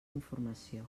informació